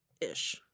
ish